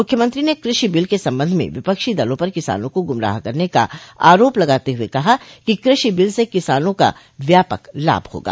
मुख्यमंत्री ने कृषि बिल के सम्बंध में विपक्षी दलों पर किसानों को गुमराह करने का आरोप लगाते हुए कहा कि कृषि बिल से किसानों का व्यापक लाभ होगा